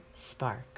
spark